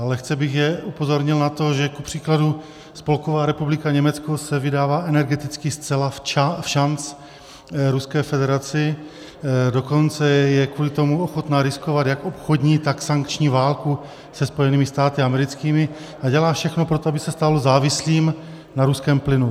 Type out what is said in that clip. Lehce bych je upozornil na to, že kupř. Spolková republika Německo se vydává energeticky zcela všanc Ruské federaci, dokonce je kvůli tomu ochotná riskovat jak obchodní, tak sankční válku se Spojenými státy americkými a dělá všechno pro to, aby se stala závislou na ruském plynu.